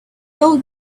old